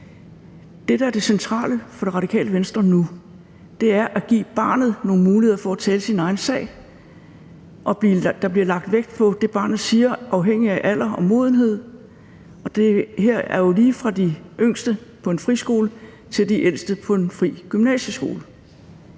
Det, der er det centrale for Det Radikale Venstre nu, er at give barnet nogle muligheder for at tale sin egen sag, og at der bliver lagt vægt på det, barnet siger, afhængigt af alder og modenhed. Det her gælder jo lige fra de yngste på en friskole til de ældste på en fri gymnasieskole,